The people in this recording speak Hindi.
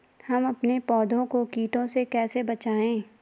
हम अपने पौधों को कीटों से कैसे बचाएं?